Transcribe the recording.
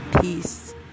peace